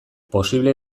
posible